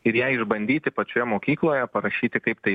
ir ją išbandyti pačioje mokykloje parašyti kaip tai